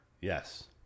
Yes